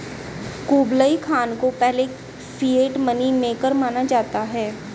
Kublai Khan को पहले fiat money maker माना जाता है